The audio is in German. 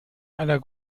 einer